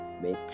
make